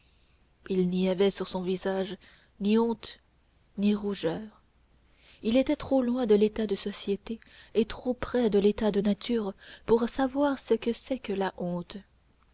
il n'y avait sur son visage ni honte ni rougeur il était trop loin de l'état de société et trop près de l'état de nature pour savoir ce que c'est que la honte